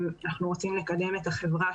אנחנו רוצים לקדם את החברה.